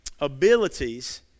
abilities